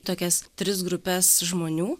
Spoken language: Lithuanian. tokias tris grupes žmonių